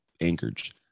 anchorage